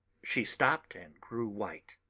she stopped and grew white,